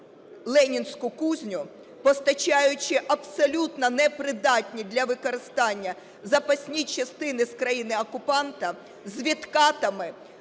"Ленінську кузню", постачаючи абсолютно непридатні для використання запасні частини з країни-окупанта з відкатами